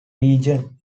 region